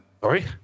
Sorry